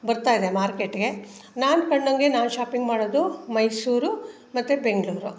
ಬರ್ತಾಯಿದೆ ಮಾರ್ಕೆಟ್ಗೆ ನಾನು ಕಂಡಂತೆ ನಾನು ಶಾಪಿಂಗ್ ಮಾಡೋದು ಮೈಸೂರು ಮತ್ತು ಬೆಂಗಳೂರು